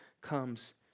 comes